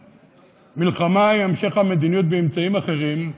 שהמלחמה היא המשך המדיניות באמצעים אחרים,